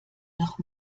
noch